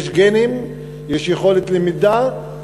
יש גנים, יש יכולת למידה,